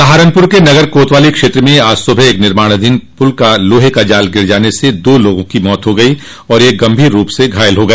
सहारनपुर के नगर कोतवाली क्षेत्र में आज सुबह एक निर्माणाधीन पुल का लोहे का जाल गिरने से दो लागों की मौत हो गयी तथा एक गंभीर रूप से घायल हो गया